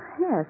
Yes